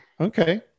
Okay